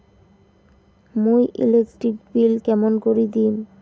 মুই electric bill কেমন করি দিম?